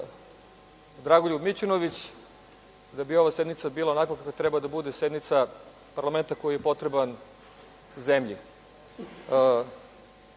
Dragoljub Mićunović da bi ova sednica bila onakva kakva treba da bude sednica parlamenta koji je potreban zemlji.